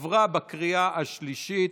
עברה בקריאה השלישית,